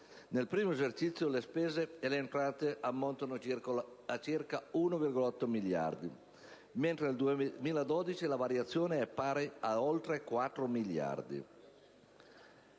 nel primo esercizio le spese e le entrate aumentano di circa 1,8 miliardi rispettivamente, mentre nel 2012 la variazione è pari a oltre 4 miliardi.